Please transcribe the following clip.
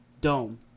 Dome